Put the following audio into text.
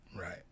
Right